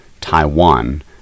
Taiwan